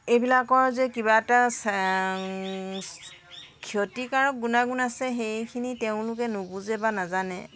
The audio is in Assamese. এইবিলাকৰ যে কিবা এটা ক্ষতিকাৰক গুনাগুণ আছে সেইখিনি তেওঁলোকে নুবুজে বা নাজানে